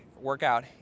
workout